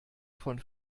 von